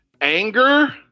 anger